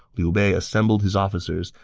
liu bei assembled his officers,